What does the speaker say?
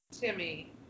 timmy